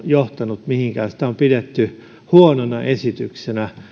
johtanut mihinkään sitä on pidetty huonona esityksenä